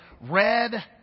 red